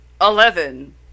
eleven